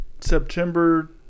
September